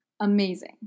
amazing